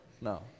No